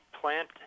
plant